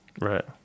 Right